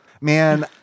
Man